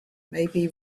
maybe